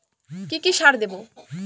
কি কি সার দেবো?